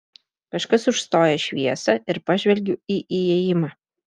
kažkas užstoja šviesą ir pažvelgiu į įėjimą